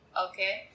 okay